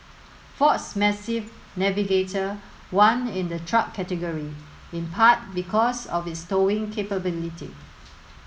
Ford's massive Navigator won in the truck category in part because of its towing capability